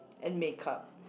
and make-up